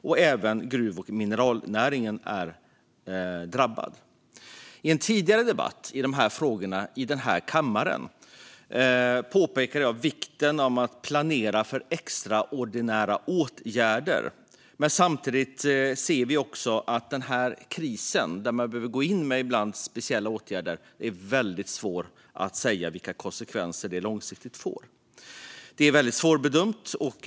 Och även gruv och mineralnäringen är drabbad. I en tidigare debatt om dessa frågor i denna kammare påpekade jag vikten av att planera för extraordinära åtgärder. Men samtidigt är det väldigt svårt att säga vilka långsiktiga konsekvenser den här krisen får, där man ibland behöver gå in med speciella åtgärder. Det är väldigt svårbedömt.